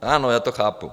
Ano, já to chápu.